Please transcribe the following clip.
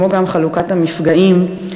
כמו גם חלוקת המפגעים,